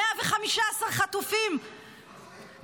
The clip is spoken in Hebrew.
115 חטופים,